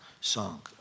song